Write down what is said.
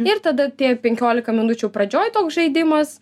ir tada tie penkiolika minučių pradžioj toks žaidimas